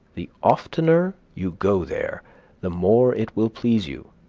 the oftener you go there the more it will please you,